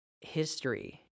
history